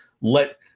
let